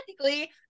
technically